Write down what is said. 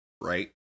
Right